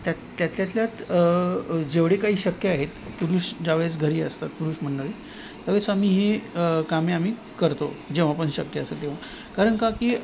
त्यात त्यातल्या त्यात जेवढे काही शक्य आहेत पुरुष ज्यावेळेस घरी असतात पुरुष मंडळी त्यावेळेस आम्ही हे कामे आम्ही करतो जेव्हा पण शक्य असेल तेव्हा कारण का की